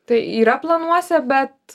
tai yra planuose bet